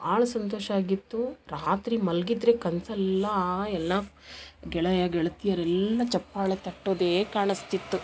ಭಾಳ ಸಂತೋಷ ಆಗಿತ್ತು ರಾತ್ರಿ ಮಲ್ಗಿದ್ದರೆ ಕನ್ಸಲ್ಲೆಲ್ಲ ಆ ಎಲ್ಲ ಗೆಳೆಯ ಗೆಳತಿಯರೆಲ್ಲ ಚಪ್ಪಾಳೆ ತಟ್ಟೋದೆ ಕಾಣಸ್ತಿತ್ತು